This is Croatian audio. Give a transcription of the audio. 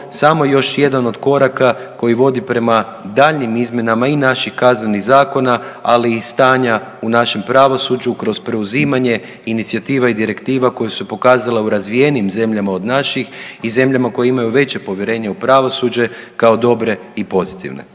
samo još jedan od koraka koji vodi prema daljnjim izmjenama i naših kaznenih zakona, ali i stanja u našem pravosuđu kroz preuzimanje inicijativa i direktiva koje su se pokazale u razvijenijim zemljama od naših i zemljama koje imaju veće povjerenje u pravosuđe kao dobre i pozitivne.